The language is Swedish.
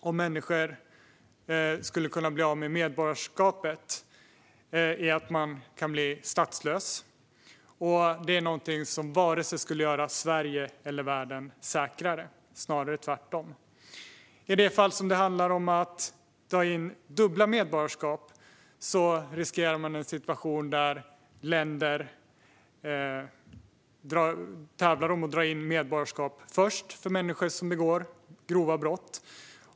Om människor kunde bli av med medborgarskapet skulle det innebära att man kunde bli statslös, och det är något som inte skulle göra vare sig Sverige eller världen säkrare - snarare tvärtom. I de fall där det handlar om personer med dubbla medborgarskap riskerar man en situation där länder tävlar om att först dra in medborgarskapet för människor som begår grova brott.